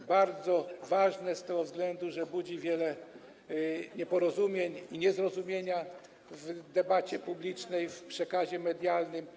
To bardzo ważne z tego względu, że jest tu wiele nieporozumień, niezrozumienia w debacie publicznej, w przekazie medialnym.